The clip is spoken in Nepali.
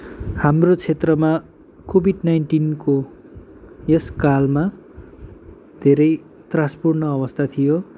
हाम्रो क्षेत्रमा कोभिड नाइन्टिनको यस कालमा धेरै त्रासपूर्ण अवस्था थियो